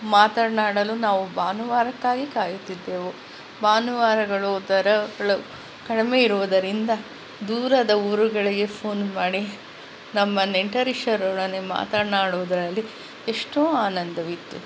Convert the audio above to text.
ಮಾತನಾಡಲು ನಾವು ಭಾನುವಾರಕ್ಕಾಗಿ ಕಾಯುತ್ತಿದ್ದೆವು ಭಾನುವಾರಗಳು ದರಗಳು ಕಡಮೆ ಇರುವುದರಿಂದ ದೂರದ ಊರುಗಳಿಗೆ ಫೋನ್ ಮಾಡಿ ನಮ್ಮ ನೆಂಟರಿಷ್ಟರೊಡನೆ ಮಾತನಾಡುವುದರಲ್ಲಿ ಎಷ್ಟೋ ಆನಂದವಿತ್ತು